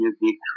music